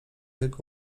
jego